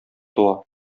туа